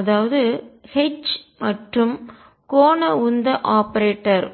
அதாவது H மற்றும் கோண உந்த ஆபரேட்டர்